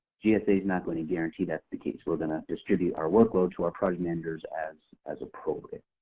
gsa is not going to guarantee that's the case. we're going to distribute our workload to our project managers as as appropriate.